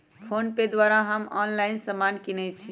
PhonePe द्वारा हम online समान किनइ छी